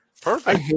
Perfect